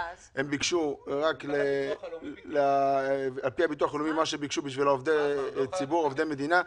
הביטוח הלאומי ביקש את זה לגבי עובדי מדינה.